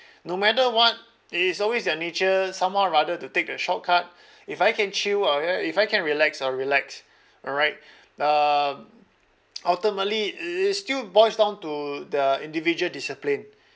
no matter what it is always their nature somehow or rather to take the shortcut if I can chill oh ya if I can relax I'll relax alright um ultimately it still boils down to the individual discipline